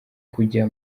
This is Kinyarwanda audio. kujya